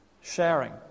sharing